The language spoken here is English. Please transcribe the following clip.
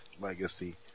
legacy